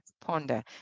ponder